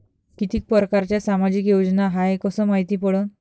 कितीक परकारच्या सामाजिक योजना हाय कस मायती पडन?